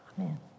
Amen